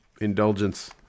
indulgence